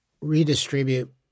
redistribute